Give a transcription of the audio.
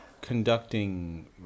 conducting